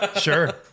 Sure